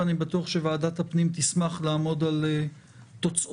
ואני בטוח שוועדת הפנים תשמח לעמוד על תוצאותיו.